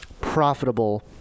profitable